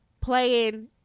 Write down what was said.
playing